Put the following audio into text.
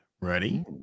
ready